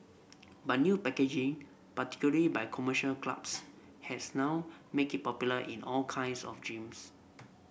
but new packaging particularly by commercial clubs has now make it popular in all kinds of gyms